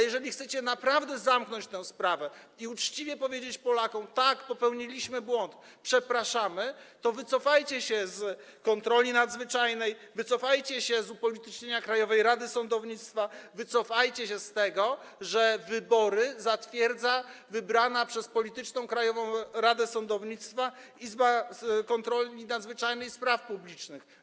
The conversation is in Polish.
Jeżeli naprawdę chcecie zamknąć tę sprawę i uczciwie powiedzieć Polakom: tak, popełniliśmy błąd, przepraszamy, to wycofajcie się z kontroli nadzwyczajnej, wycofajcie się z upolitycznienia Krajowej Rady Sądownictwa, wycofajcie się z tego, że wybory zatwierdza wybrana przez polityczną Krajową Radę Sądownictwa Izba Kontroli Nadzwyczajnej i Spraw Publicznych.